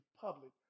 public